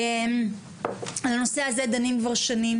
כבר שנים